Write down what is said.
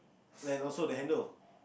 and also the handle